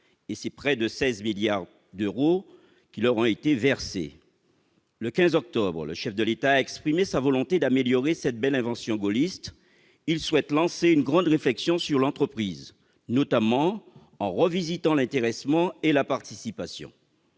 Près de 16 milliards d'euros leur ont été versés. Le 15 octobre 2017, le chef de l'État a exprimé sa volonté d'améliorer cette belle invention gaulliste. Il souhaite lancer une grande réflexion sur l'entreprise, notamment en revisitant l'intéressement et la participation.